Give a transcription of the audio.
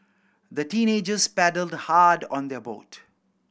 the teenagers paddled hard on their boat